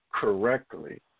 correctly